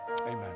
amen